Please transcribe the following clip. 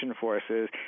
Forces